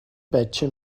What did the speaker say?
بچه